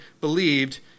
believed